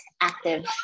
active